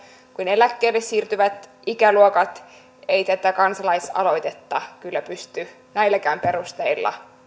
kuin eläkkeelle siirtyvät ikäluokat ei tätä kansalaisaloitetta kyllä pysty näilläkään perusteilla